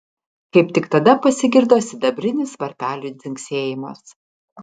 kaip tik tada pasigirdo sidabrinis varpelių dzingsėjimas